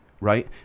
right